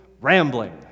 Rambling